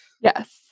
Yes